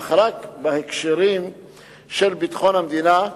אך רק בהקשרים של ביטחון המדינה,